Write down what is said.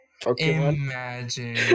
Imagine